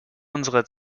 unserer